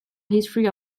history